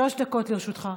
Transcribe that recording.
שלוש דקות לרשותך.